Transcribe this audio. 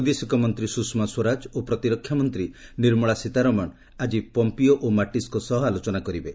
ବୈଦେଶିକ ମନ୍ତ୍ରୀ ସୁଷମା ସ୍ୱରାଜ ଓ ପ୍ରତିରକ୍ଷାମନ୍ତ୍ରୀ ନିର୍ମଳା ସୀତାରମଣ ଆଜି ପମ୍ପିଓ ଓ ମାଟିସ୍ଙ୍କ ସହ ଆଲୋଚନା କରିବେ